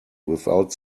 without